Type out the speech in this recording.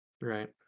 right